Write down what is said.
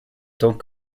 tant